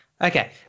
Okay